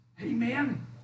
Amen